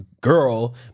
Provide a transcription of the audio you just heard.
girl